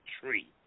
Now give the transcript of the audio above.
tree